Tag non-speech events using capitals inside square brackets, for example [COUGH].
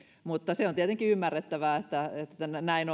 mutta se on tietenkin ymmärrettävää että näin [UNINTELLIGIBLE]